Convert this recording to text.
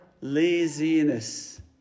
laziness